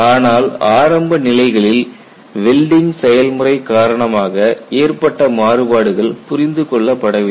ஆனால் ஆரம்ப நிலைகளில் வெல்டிங் செயல்முறை காரணமாக ஏற்பட்ட மாறுபாடுகள் புரிந்து கொள்ளப்படவில்லை